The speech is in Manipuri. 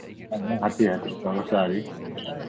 ꯍꯥꯇꯦ ꯍꯥꯇꯦ ꯇꯧꯔ ꯆꯥꯔꯤ